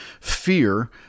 fear